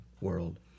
world